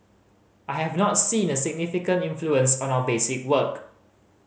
I have not seen a significant influence on our basic work